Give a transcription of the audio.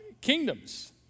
kingdoms